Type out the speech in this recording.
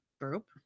group